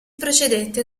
procedette